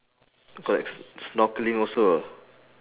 got like s~ snorkelling also ah